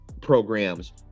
programs